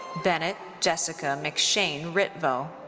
bennett jessica mcshane ritvo.